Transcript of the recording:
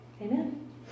Amen